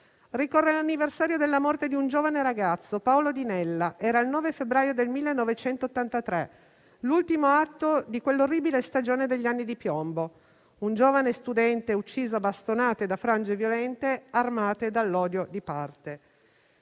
ricorre l'anniversario della morte di un giovane ragazzo, Paolo Di Nella: era il 9 febbraio del 1983, l'ultimo atto di quell'orribile stagione degli anni di piombo, quando un giovane studente fu ucciso a bastonate da frange violente armate dall'odio di parte.